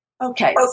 Okay